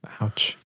Ouch